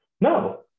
No